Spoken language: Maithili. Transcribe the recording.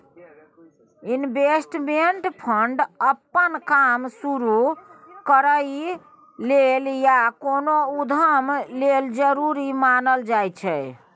इन्वेस्टमेंट फंड अप्पन काम शुरु करइ लेल या कोनो उद्यम लेल जरूरी मानल जाइ छै